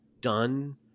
done